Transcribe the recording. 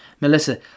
Melissa